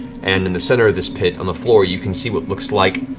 and in the center of this pit, on the floor, you can see what looks like